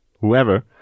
whoever